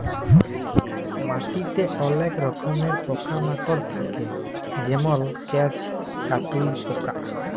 মাটিতে অলেক রকমের পকা মাকড় থাক্যে যেমল কেঁচ, কাটুই পকা